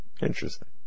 Interesting